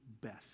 best